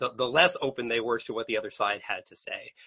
the less open. they were to what the other side had to say.